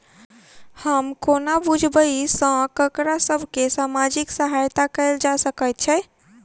हम कोना बुझबै सँ ककरा सभ केँ सामाजिक सहायता कैल जा सकैत छै?